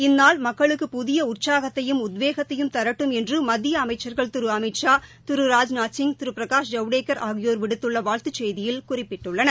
இந்நாள் மக்களுக்கு புதிய உற்சாகத்தையும் உத்வேகத்தையும் தரட்டும் என்று மத்திய அமைச்சர்கள் திரு அமித்ஷா திரு ராஜ்நாத்சிங் திரு பிரகாஷ் ஜவடேக்கர் ஆகியோர் விடுத்துள்ள வாழ்த்துச் செய்தியில் குறிப்பிட்டுள்ளனர்